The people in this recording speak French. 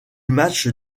match